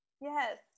yes